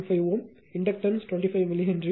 5 Ω inductance 25 milli Henry